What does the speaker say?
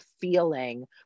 feeling